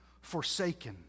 forsaken